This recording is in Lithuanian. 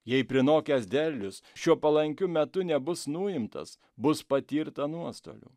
jei prinokęs derlius šiuo palankiu metu nebus nuimtas bus patirta nuostolių